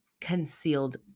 concealed